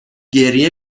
گریه